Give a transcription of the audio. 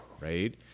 right